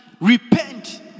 Repent